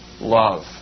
love